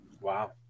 Wow